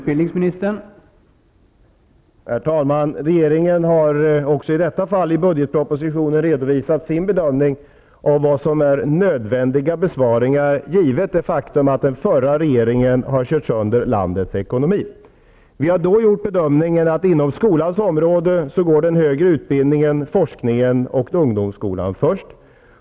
Herr talman! Regeringen har också i detta fall i budgetpropositionen redovisat sin bedömning av vad som är nödvändiga besparingar, med utgångspunkt i det faktum att den förra regeringen har kört sönder landets ekonomi. Vi har då gjort bedömningen att inom skolans område går den högre utbildningen, forskningen och ungdomsskolan först.